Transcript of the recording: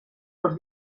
els